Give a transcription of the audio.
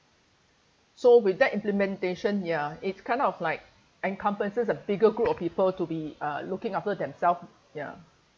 so with that implementation ya it's kind of like encompasses a bigger group of people to be uh looking after themselves ya